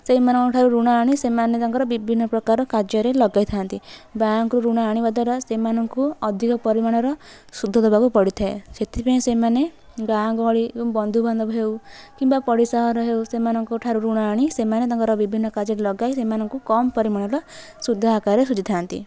ସେହି ମାନଙ୍କ ଠାରୁ ଋଣ ଆଣି ସେମାନେ ତାଙ୍କର ବିଭିନ୍ନ ପ୍ରକାର କାର୍ଯ୍ୟରେ ଲଗାଇଥାନ୍ତି ବ୍ୟାଙ୍କରୁ ଋଣ ଆଣିବା ଦ୍ୱାରା ସେମାନଙ୍କୁ ଅଧିକ ପରିମାଣର ସୁଧ ଦେବାକୁ ପଡ଼ିଥାଏ ସେଥିପାଇଁ ସେମାନେ ଗାଁ ଗହଳି ବନ୍ଧୁ ବାନ୍ଧବ ହେଉ କିମ୍ବା ପଡ଼ିଶା ଘର ହେଉ ତାଙ୍କ ଠାରୁ ଋଣ ଆଣି ସେମାନେ ତାଙ୍କର ବିଭିନ୍ନ କାର୍ଯ୍ୟରେ ଲଗାଇ ସେମାନଙ୍କୁ କମ୍ ପରିମାଣର ସୁଧ ଆକାରରେ ସୁଝିଥାନ୍ତି